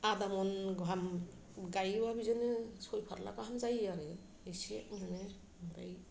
आधा महन गाहाम गायोब्ला बिदिनो सय फाल्ला गाहाम जायो आरो इसे मोनो ओमफ्राय